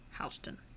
Houston